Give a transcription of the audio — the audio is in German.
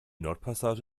nordpassage